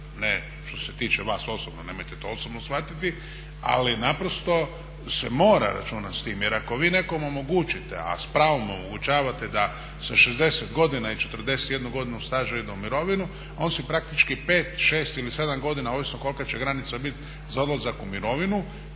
Ne što se tiče vas osobno, nemojte to osobno shvatiti, ali naprosto se mora računati s tim. Jer ako vi nekome omogućite, a s pravom omogućavate da sa 60 godina i 41 godinu staža ide u mirovinu on si praktički 5, 6 ili 7 godina ovisno kolika će granica biti za odlazak u mirovinu